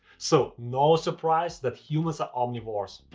so, no surprise that humans are omnivores.